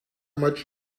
much